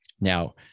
Now